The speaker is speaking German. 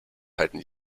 halten